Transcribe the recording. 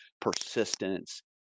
persistence